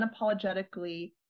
unapologetically